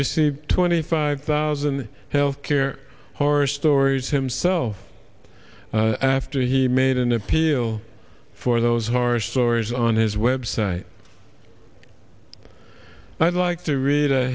received twenty five thousand health care horror stories himself after he made an appeal for those harsh sores on his web site i'd like to read